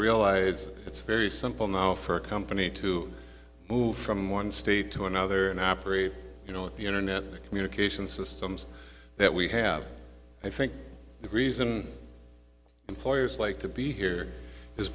realize it's very simple now for a company to move from one state to another and operate you know with the internet the communication systems that we have i think the reason employers like to be here is